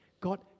God